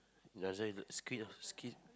skin or skin